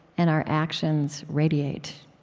and our actions radiate.